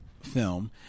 film